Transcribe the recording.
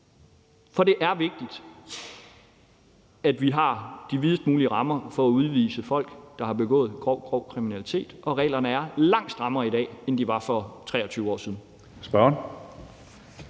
For det er vigtigt, at vi har de videst mulige rammer for at udvise folk, der har begået grov, grov kriminalitet, og reglerne er i dag langt strammere, end de var for 23 år siden.